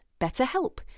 BetterHelp